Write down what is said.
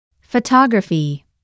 Photography